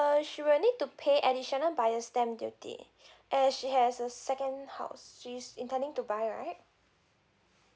she will need to pay additional via stamp duty as she has a second house she's intending to buy right